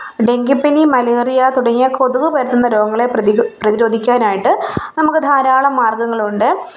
ഡെങ്കിപ്പനി മലേറിയ തുടങ്ങിയ കൊതുക് പരത്തുന്ന രോഗങ്ങളെ പ്രതി പ്രതിരോധിക്കാനായിട്ട് നമുക്ക് ധാരാളം മാർഗ്ഗങ്ങളുണ്ട്